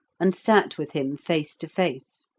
and sat with him face to face.